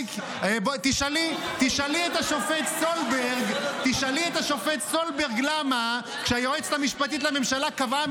תשאלי את השופט סולברג למה כשהיועצת המשפטית לממשלה קבעה